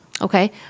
Okay